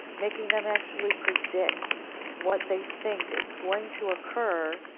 making them actually predict what they think is going to occur,